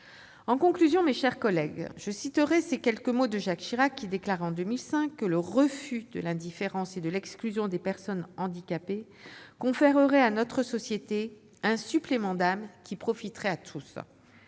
En conclusion, mes chers collègues, je citerai ces quelques mots de Jacques Chirac, qui déclarait, en 2005, que « le refus de l'indifférence et de l'exclusion des personnes handicapées conférerait à notre société un supplément d'âme qui profiterait à tous ».